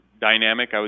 dynamic